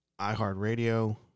iHeartRadio